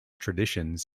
traditions